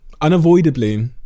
Unavoidably